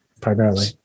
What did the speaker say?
primarily